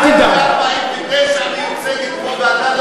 אני משתייך למפלגה שמ-1949 מיוצגת פה,